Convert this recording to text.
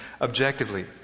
objectively